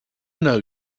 know